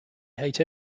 hate